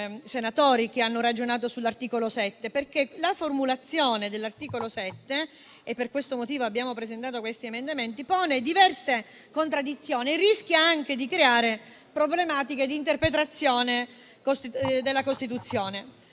altri a mia prima firma, perché la formulazione dell'articolo 7 - è per questo motivo che abbiamo presentato tali emendamenti - pone diverse contraddizioni e rischia anche di creare problematiche di interpretazione della Costituzione.